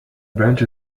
branch